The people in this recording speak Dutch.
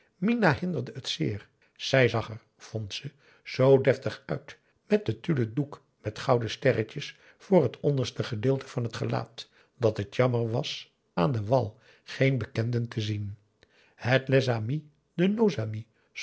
minah hinderde het zeer zij zag er vond ze zoo deftig uit met den tullen doek met gouden sterretjes voor het onderste gedeelte van het gelaat dat het jammer was aan den wal geen bekenden te zien het les amis de